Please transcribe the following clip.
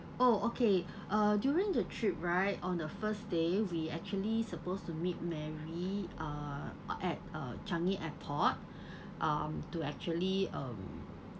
oh okay uh during the trip right on the first day we actually supposed to meet mary uh at uh Changi airport um to actually um